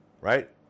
right